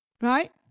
Right